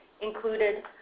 included